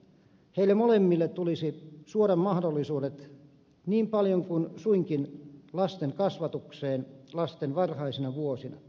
heille molemmille tulisi suoda mahdollisuudet niin paljon kuin suinkin lasten kasvatukseen lasten varhaisina vuosina